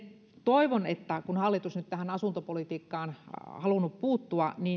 toivon että kun hallitus nyt asuntopolitiikkaan on halunnut puuttua